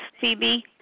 Phoebe